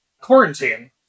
Quarantine